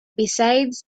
besides